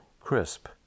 crisp